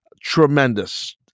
tremendous